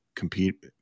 Compete